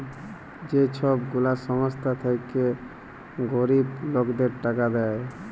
যে ছব গুলা সংস্থা থ্যাইকে গরিব লকদের টাকা দেয়